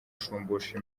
shumbusho